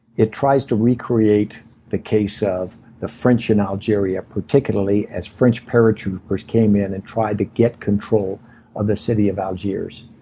tries to recreate the case of the french in algeria, particularly as french paratroopers came in and tried to get control of the city of algiers.